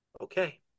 Okay